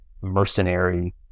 mercenary